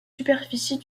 superficie